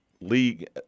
league